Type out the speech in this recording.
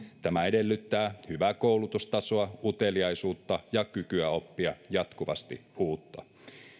tämä edellyttää hyvää koulutustasoa uteliaisuutta ja kykyä oppia jatkuvasti uutta